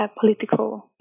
Political